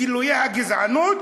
גילויי הגזענות,